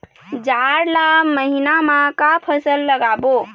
जाड़ ला महीना म का फसल लगाबो?